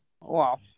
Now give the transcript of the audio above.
wow